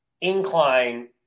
incline